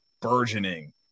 burgeoning